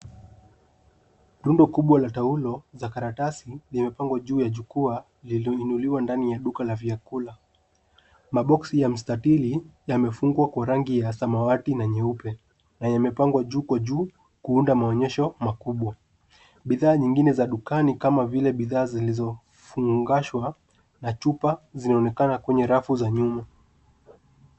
Rundo kubwa za taulo za karatasi zimepangwa juu ya jukwaa lililoinuliwa ndani ya duka ya vyakula. Maboksi ya mstatili yamefungwa kwa rangi ya samawati na nyeupe; na yamepangwa juu kwa juu kuunda maonyesho makubwa. Bidhaa nyingine za dukani kama vile bidhaa zilizofungashwa na chupa zinaonekana kwenye rafu ya nyuma.